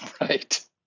Right